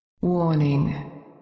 Warning